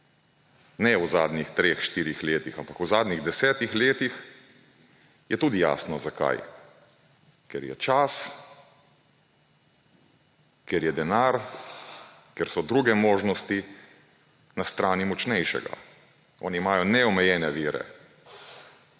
ne v zadnjih treh, štirih letih, ampak v zadnjih desetih letih, je tudi jasno, zakaj. Ker je čas, ker je denar, ker so druge možnosti na strani močnejšega. Oni imajo neomejene vire.